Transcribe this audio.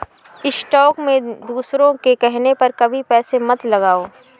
stock में दूसरों के कहने पर कभी पैसे मत लगाओ